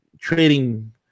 trading